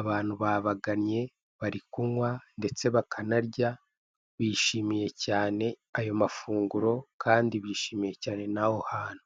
abantu babagannye bari kunywa ndetse bakanarya, bishimiye cyane ayo mafunguro kandi bishimiye cyane n'aho hantu.